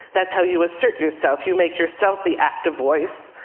that's how you assert yourself. you make yourself the active voice.